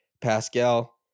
Pascal